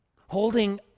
Holding